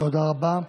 תודה רבה.